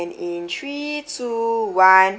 in three two one